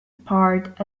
part